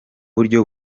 buryo